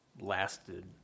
lasted